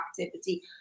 activity